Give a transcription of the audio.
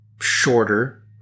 shorter